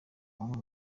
bamwe